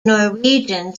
norwegian